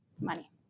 money